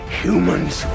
humans